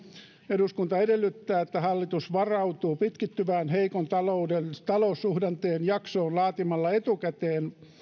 eduskunta edellyttää että hallitus varautuu pitkittyvään heikon taloussuhdanteen jaksoon laatimalla etukäteen